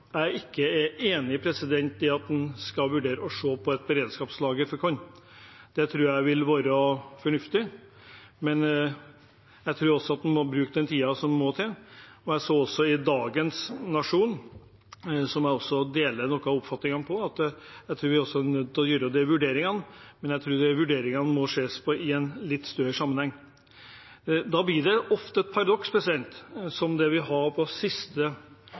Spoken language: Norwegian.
jeg ikke er enig i at en skal vurdere å se på et beredskapslager for korn. Det tror jeg vil være fornuftig, men jeg tror også at man må bruke den tiden som må til. Jeg så også i dagens Nationen – og jeg deler noe av oppfatningen her – at vi er nødt til å gjøre de vurderingene, men jeg tror de vurderingene må ses i en litt større sammenheng. Da vi hadde de siste rundene i salen her i fjor vår om hvor viktig kornjord er, var det et klart mindretall som